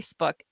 Facebook